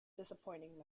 disappointing